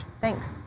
Thanks